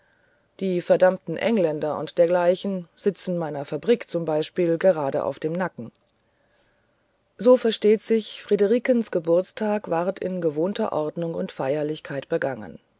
die verdammten engländer und dergleichen sitzen meiner fabrik zum beispiel gerade auf dem nacken so versteht sich friederikens geburtstag ward in gewohnter ordnung und feierlichkeit begangen